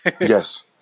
Yes